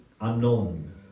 unknown